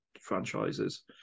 franchises